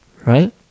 Right